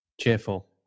cheerful